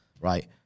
right